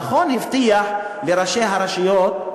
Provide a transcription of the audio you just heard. נכון, הוא הבטיח לראשי הרשויות,